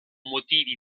motivi